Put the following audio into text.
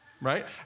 right